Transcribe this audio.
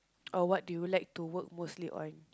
or what do you like to work mostly on